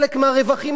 אל היוצרים.